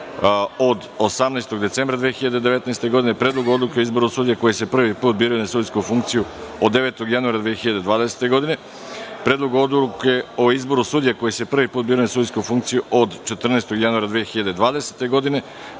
od 18. decembra 2019. godine; Predlogu odluke o izboru sudija koji se prvi put biraju na sudijsku funkciju od 9. januara 2020. godine; Predlogu odluke o izboru sudija koji se prvi put biraju na sudijsku funkciju od 14. januara 2020. godine;